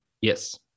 Yes